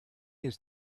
his